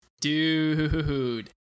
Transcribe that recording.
Dude